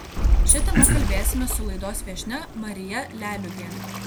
šia tema kalbėsimės su laidos viešnia marija leliugiene